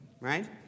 Right